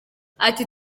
ati